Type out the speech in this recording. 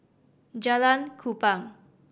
Jalan Kupang